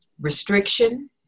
restriction